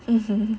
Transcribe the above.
hmm